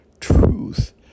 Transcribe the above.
truth